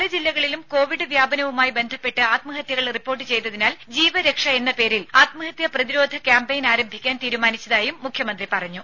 പലജില്ലകളിലും Covid വ്യാപനവുമായി ബന്ധപ്പെട്ട് ആത്മഹത്യകൾ റിപ്പോർട്ട് ചെയ്തതിനാൽ ജീവ രക്ഷ എന്ന പേരിൽ ആത്മഹത്യ പ്രതിരോധ ക്യാംപയിൻ ആരംഭിക്കാൻ തീരുമാനിച്ചതായും മുഖ്യമന്ത്രി പറഞ്ഞു